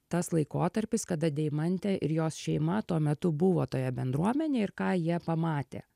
tas laikotarpis kada deimantė ir jos šeima tuo metu buvo toje bendruomenėj ir ką jie pamatė